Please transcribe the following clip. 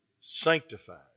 sanctified